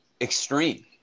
extreme